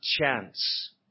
chance